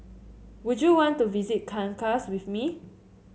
would you want to visit Caracas with me